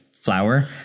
flower